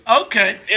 Okay